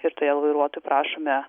ir todėl vairuotojų prašome